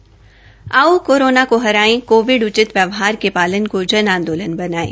आओ कोरोना को हराए कोविड उचित व्यवहार के पालन को जन आंदोलन बनायें